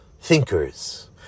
thinkers